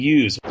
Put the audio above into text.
use